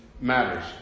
matters